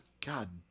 God